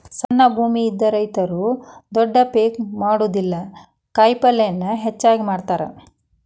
ಸಣ್ಣ ಭೂಮಿ ಇದ್ದ ರೈತರು ದೊಡ್ಡ ಪೇಕ್ ಮಾಡುದಿಲ್ಲಾ ಕಾಯಪಲ್ಲೇನ ಹೆಚ್ಚಾಗಿ ಮಾಡತಾರ